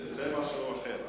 זה משהו אחר.